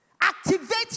Activate